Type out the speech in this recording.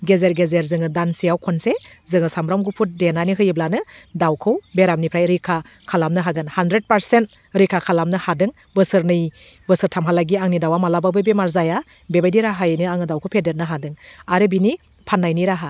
गेजेर गेजेर जोङो दानसेयाव खनसे जोङो सामब्राम गुफुर देनानै होयोब्लानो दाउखौ बेरामनिफ्राय रैखा खालामनो हागोन हानड्रेड पारसेन्ट रैखा खालामनो हादों बोसोरनै बोसोरथामहालागै आंनि दाउवा मालाबाबो बेमार जाया बेबायदि राहायैनो आङो दाउखौ फेदेरनो हादों आरो बिनि फान्नायनि राहा